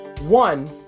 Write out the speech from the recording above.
One